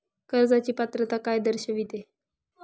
कर्जाची पात्रता काय दर्शविते?